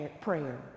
prayer